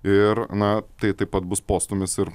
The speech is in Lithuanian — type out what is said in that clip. ir na tai taip pat bus postūmis ir